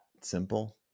simple